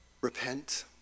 Repent